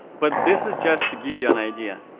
but this is just to give you an idea.